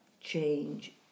change